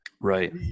Right